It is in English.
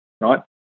right